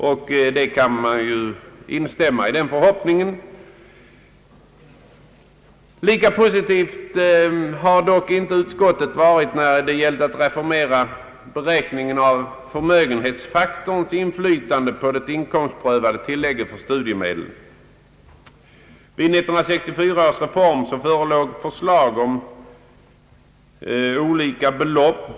I den förhoppningen kan jag instämma. Lika positivt har dock inte utskottet varit när det gällt att reformera beräkningen av förmögenhetsfaktorns inflytande på det inkomstprövade tillägget för studiemedel. Vid 1964 års reform förelåg förslag om olika belopp.